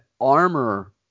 armor